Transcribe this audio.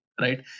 Right